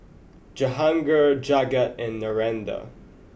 Jehangirr Jagat and Narendra